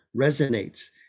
resonates